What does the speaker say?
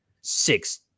six